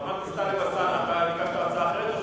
חבר הכנסת טלב אלסאנע, אתה הגשת הצעה אחרת?